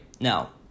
Now